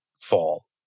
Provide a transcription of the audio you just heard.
fall